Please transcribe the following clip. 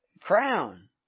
crown